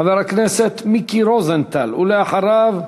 חבר הכנסת מיקי רוזנטל, ואחריו,